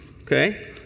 Okay